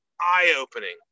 eye-opening